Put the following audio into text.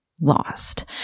lost